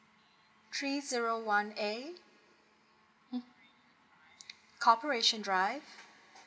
three zero one A mm corporation drive